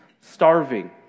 starving